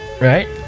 right